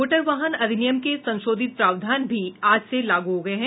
motor वाहन अधिनियम के संशोधित प्रावधान आज से लागू हो गये हैं